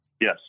Yes